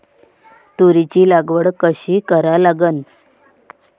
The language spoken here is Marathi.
तुरीची लागवड कशी करा लागन?